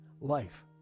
life